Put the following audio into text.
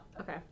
okay